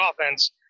offense